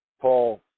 Paul